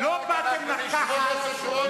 אל תדאג, אנחנו נשמור עליו.